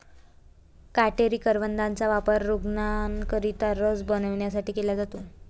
काटेरी करवंदाचा वापर रूग्णांकरिता रस बनवण्यासाठी केला जातो